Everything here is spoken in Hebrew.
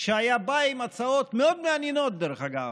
שהיה בא עם הצעות מאוד מעניינות, דרך אגב,